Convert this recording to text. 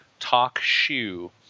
TalkShoe